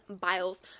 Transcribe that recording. Biles